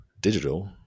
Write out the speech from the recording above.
digital